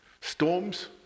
Storms